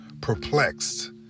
Perplexed